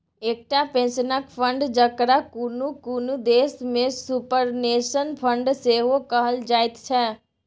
एकटा पेंशनक फंड, जकरा कुनु कुनु देश में सुपरनेशन फंड सेहो कहल जाइत छै